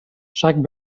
jacques